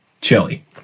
Chili